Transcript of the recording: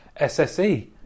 SSE